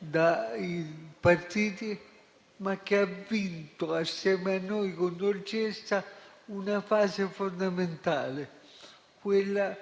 dai partiti, ma che ha vinto assieme a noi, con dolcezza, una fase fondamentale, quella